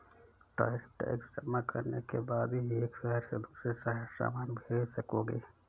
tariff tax जमा करने के बाद ही एक शहर से दूसरे शहर सामान भेज सकोगे